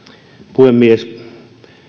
puhemies